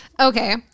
Okay